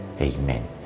Amen